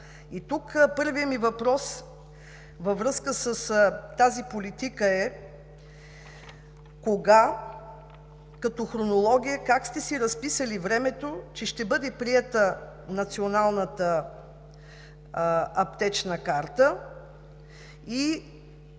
Тук първият ми въпрос във връзка с тази политика е: кога, като хронология, как сте си разписали времето, че ще бъде приета Националната аптечна карта?